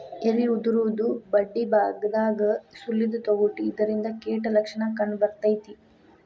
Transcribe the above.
ಎಲಿ ಉದುರುದು ಬಡ್ಡಿಬಾಗದಾಗ ಸುಲಿದ ತೊಗಟಿ ಇದರಿಂದ ಕೇಟ ಲಕ್ಷಣ ಕಂಡಬರ್ತೈತಿ